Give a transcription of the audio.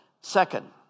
Second